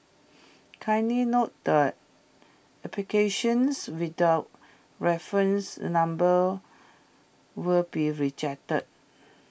kindly note that applications without reference the numbers will be rejected